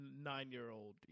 nine-year-old